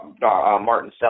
Martin